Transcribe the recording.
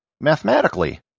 Mathematically